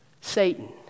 Satan